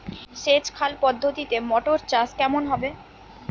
সেচ খাল পদ্ধতিতে মটর চাষ কেমন হবে?